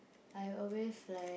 I always like